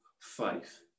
faith